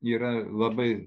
yra labai